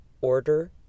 order